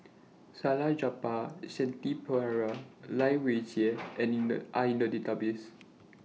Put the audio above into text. Salleh Japar Shanti Pereira and Lai Weijie Are in The Database